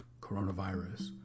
coronavirus